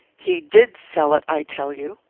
he did sell it, i tell you.